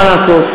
מה לעשות.